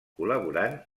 col·laborant